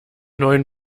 neun